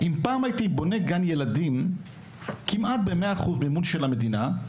אם פעם הייתי בונה גן ילדים כמעט ב- 100% מימון של המדינה,